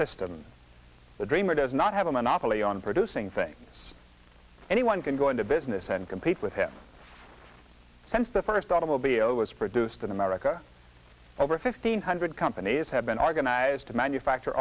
system the dreamer does not have a monopoly on producing things anyone can go into business and compete with him since the first automobile was produced in america over fifteen hundred companies have been are going to as to manufacture